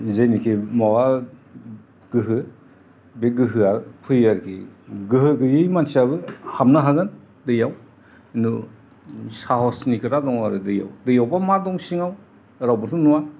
जेनोखि माबा गोहो बे गोहोआ फैयो आरोखि गोहो गैयै मानसिआबो हाबनो हागोन दैआव साहसनि खोथा दं आरो दैआव दैआवबा मा दं सिंआव रावबोथ' नुवा